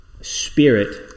spirit